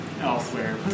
elsewhere